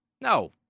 No